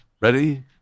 ready